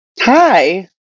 Hi